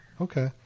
Okay